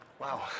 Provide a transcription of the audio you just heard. Wow